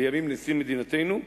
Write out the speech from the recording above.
נשיא מדינתנו,